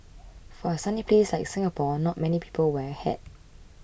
for a sunny place like Singapore not many people wear a hat